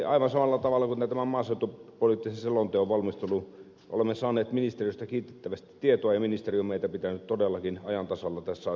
aivan samalla tavalla myös tämän maaseutupoliittisen selonteon valmistelussa olemme saaneet ministeriöstä kiitettävästi tietoa ja ministeri on meitä pitänyt todellakin ajan tasalla tässä asiassa